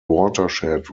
watershed